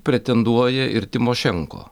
pretenduoja ir tymošenko